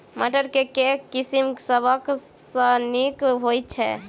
मटर केँ के किसिम सबसँ नीक होइ छै?